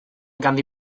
ganddi